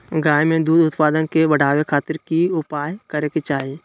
गाय में दूध उत्पादन के बढ़ावे खातिर की उपाय करें कि चाही?